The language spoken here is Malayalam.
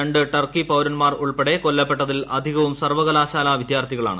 രണ്ടു ടർക്കി പൌരൻമാർ ഉൾപ്പെടെ കൊല്ലപ്പെട്ടതിൽ അധികവും സർവകലാശാല വിദ്യാർത്ഥികളാണ്